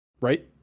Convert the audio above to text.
Right